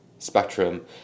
spectrum